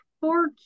four